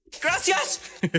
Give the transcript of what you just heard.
Gracias